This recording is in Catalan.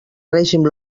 règim